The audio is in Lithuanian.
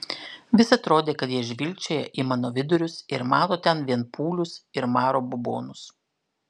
vis atrodė kad jie žvilgčioja į mano vidurius ir mato ten vien pūlius ir maro bubonus